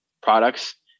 products